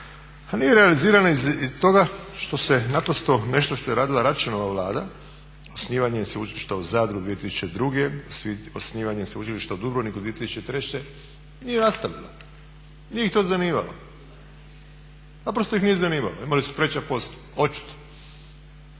nije realizirana iz toga što se naprosto nešto što je radila Račanova vlada osnivanjem Sveučilišta u Zadru 2002., osnivanjem Sveučilišta u Dubrovniku 2003.nije nastavila, nije ih to zanimalo, naprosto ih nije zanimalo imali su preča posla, očito.